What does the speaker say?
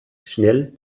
schnell